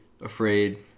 Afraid